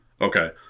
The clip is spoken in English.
Okay